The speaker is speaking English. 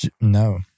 No